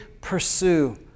pursue